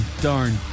Darn